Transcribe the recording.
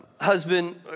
husband